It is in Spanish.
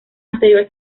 anterior